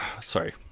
sorry